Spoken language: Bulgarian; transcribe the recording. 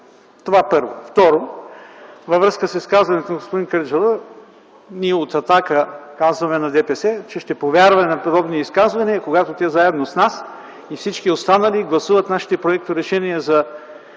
Това – първо. Второ, във връзка с изказването на господин Кърджалиев, ние от „Атака” казваме на ДПС, че ще повярваме на подобни изказвания, когато те заедно с нас и всички останали гласуват нашите проекторешения за